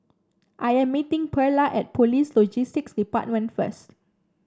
I am meeting Pearla at Police Logistics Department first